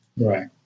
Right